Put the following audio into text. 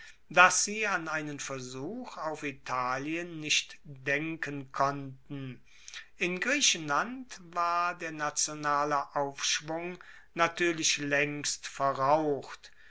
dass sie an einen versuch auf italien nicht denken konnten in griechenland war der nationale aufschwung natuerlich laengst verraucht